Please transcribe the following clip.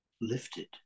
lifted